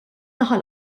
naħa